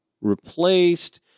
replaced